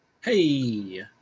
Hey